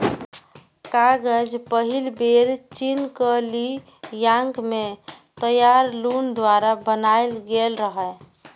कागज पहिल बेर चीनक ली यांग मे त्साई लुन द्वारा बनाएल गेल रहै